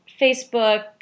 Facebook